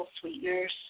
sweeteners